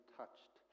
touched